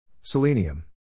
Selenium